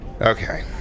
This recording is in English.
Okay